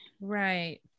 Right